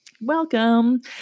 Welcome